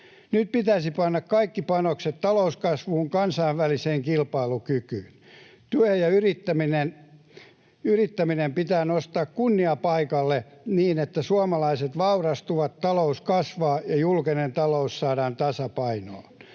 Nyt pitäisi panna kaikki panokset talouskasvuun ja kansainväliseen kilpailukykyyn. Työ ja yrittäminen pitää nostaa kunniapaikalle niin, että suomalaiset vaurastuvat, talous kasvaa ja julkinen talous saadaan tasapainoon.